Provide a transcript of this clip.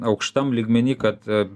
aukštam lygmeny kad